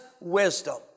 wisdom